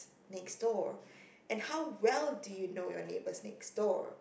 next door and how well do you know your neighbours next door